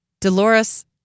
Dolores